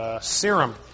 serum